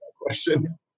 question